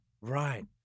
Right